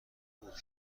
بود